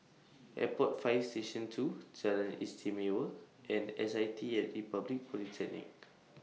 Airport Fire Station two Jalan Istimewa and S I T At Republic Polytechnic